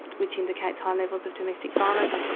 which indicates high levels of domestic violence.